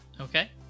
Okay